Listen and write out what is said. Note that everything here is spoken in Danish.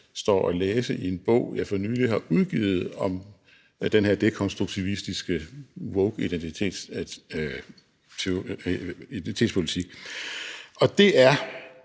står at læse i en bog, jeg for nylig har udgivet om den her dekonstruktivistiske wokeistiske identitetspolitik, altså